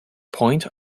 point